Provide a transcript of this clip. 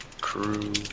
crew